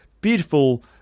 Beautiful